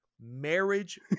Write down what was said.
marriage